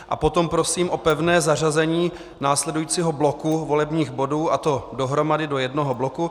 A potom prosím o pevné zařazení následujícího bloku volebních bodů, a to dohromady do jednoho bloku.